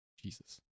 Jesus